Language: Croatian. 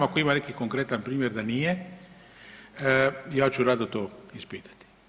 Ako ima neki konkretan primjer da nije ja ću rado to ispitati.